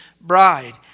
bride